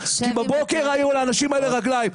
כי בבוקר היו לאנשים האלה רגליים.